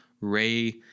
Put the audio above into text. Ray